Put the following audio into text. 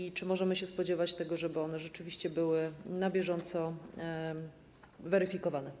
I czy możemy się spodziewać tego, że one rzeczywiście będą na bieżąco weryfikowane?